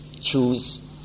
choose